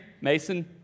Mason